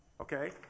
Okay